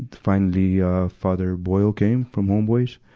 finally, ah, father boyle came, from home boys,